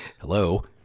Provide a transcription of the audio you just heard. Hello